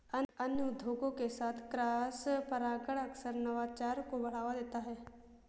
अन्य उद्योगों के साथ क्रॉसपरागण अक्सर नवाचार को बढ़ावा देता है